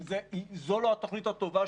אם זו לא התוכנית הטובה,